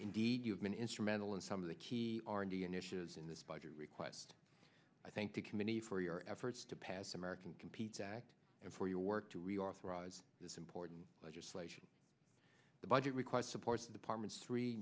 indeed you have been instrumental in some of the key r and d initiatives in this budget request i think the committee for your efforts to pass american competes act and for your work to reauthorize this important legislation the budget request supports the department's three